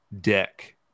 deck